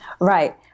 Right